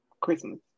Christmas